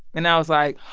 and i was like,